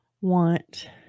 want